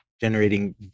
generating